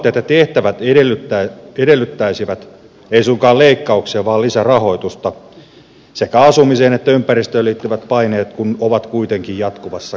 tavoitteet ja tehtävät eivät edellyttäisi suinkaan leikkauksia vaan lisärahoitusta sekä asumiseen että ympäristöön liittyvät paineet kun ovat kuitenkin jatkuvassa kasvussa